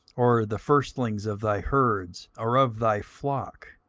or the firstlings of thy herds or of thy flock,